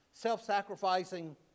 self-sacrificing